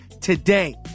today